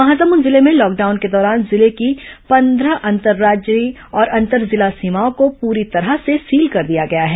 महासमुद जिले में लॉकडाउन के दौरान जिले की पंद्रह अंतर्राज्यीय और अंतर्जिला सीमाओं को पूरी तरह से सील कर दिया गया है